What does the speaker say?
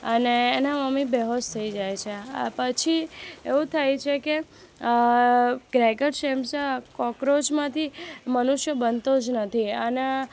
અને એનાં મમ્મી બેહોશ થઇ જાય છે પછી એવું થાય છે કે સેમસા કોક્રોચમાંથી મનુષ્ય બનતો જ નથી અને